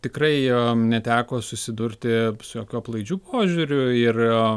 tikrai jam neteko susidurti su jokiu aplaidžiu požiūriu ir